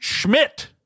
Schmidt